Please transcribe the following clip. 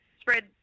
spread